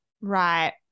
Right